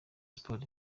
sports